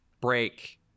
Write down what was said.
break